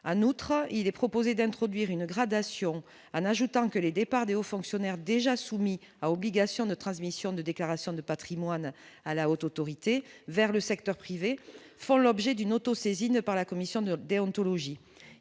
notre il est proposé d'introduire une gradation Anne, ajoutant que les départs aux fonctionnaires, déjà soumis à obligation de transmission de déclaration de Patrimoine à la Haute autorité vers le secteur privé, font l'objet d'une auto-saisine par la commission de déontologie,